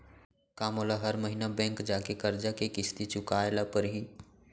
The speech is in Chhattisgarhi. का मोला हर महीना बैंक जाके करजा के किस्ती चुकाए ल परहि?